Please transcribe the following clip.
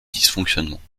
dysfonctionnements